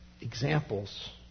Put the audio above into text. examples